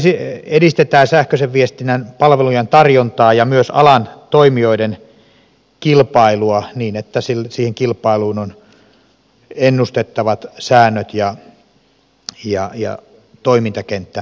lainsäädännöllä edistetään sähköisen viestinnän palvelujen tarjontaa ja myös alan toimijoiden kilpailua niin että siihen kilpailuun on ennustettavat säännöt ja toimintakenttä olemassa